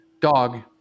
Dog